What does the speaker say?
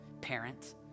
parent